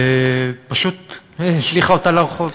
ופשוט השליכה אותה לרחוב.